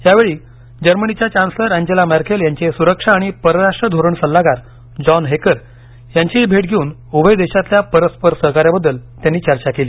यावेळी जर्मनीच्या chancellor Angela Merkel यांचे सुरक्षा आणि परराष्ट्र धोरण सल्लागार जॉन हेकर यांचीही भेट घेऊन उभय देशातील परस्पर सहकार्याबद्दल त्यांनी चर्चा केली